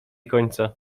końca